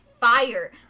fire